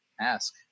ask